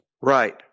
Right